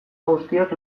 guztiak